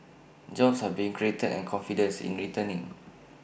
jobs are being created and confidence in returning